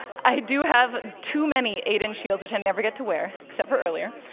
i do have too many eight inch heels which i never get to wear, except for earlier,